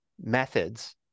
methods